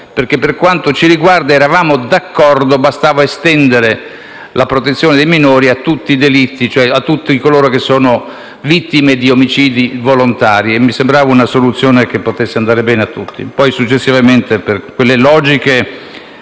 perché, per quanto ci riguarda, eravamo d'accordo: bastava estendere la protezione dei minori a tutti i delitti, e cioè a tutti coloro che sono vittime di omicidi volontari. Mi sembrava una soluzione che potesse andare bene a tutti. Poi, per quelle logiche